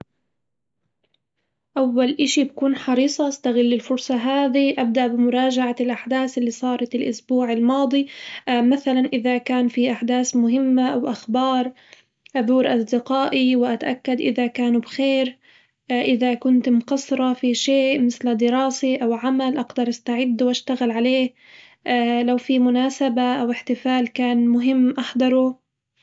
أول إشي بكون حريصة أستغل الفرصة هذي، أبدأ بمراجعة الأحداث اللي صارت الأسبوع الماضي، مثلاً إذا كان في أحداث مهمة أو أخبار، أزور أصدقائي وأتأكد إذا كانوا بخير إذا كنت مقصرة في شئ مثل دراسة أو عمل أقدر أستعد واشتغل عليه لو في مناسبة أو احتفال كان مهم أحضره.